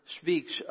speaks